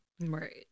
Right